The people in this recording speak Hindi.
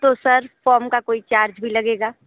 तो सर फ़ॉर्म का कोई चार्ज भी लगेगा